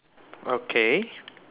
okay